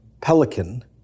pelican